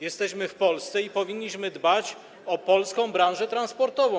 Jesteśmy w Polsce i powinniśmy dbać o polską branżę transportową.